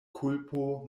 kulpo